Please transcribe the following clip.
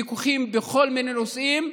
ויכוחים בכל מיני נושאים,